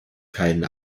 keinen